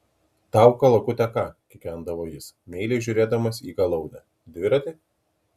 tau kalakute ką kikendavo jis meiliai žiūrėdamas į galaunę dviratį